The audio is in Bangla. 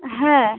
হ্যাঁ